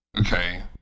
okay